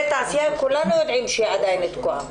כולנו יודעים שאזורי התעשייה עדיין תקועים.